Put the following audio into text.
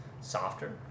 softer